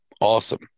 awesome